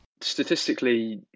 Statistically